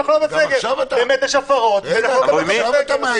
באמת יש הפרות ואנחנו לא בסגר.